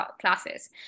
classes